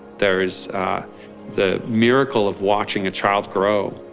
there's the miracle of watching a child grow.